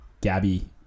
Gabby